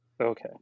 Okay